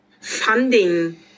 funding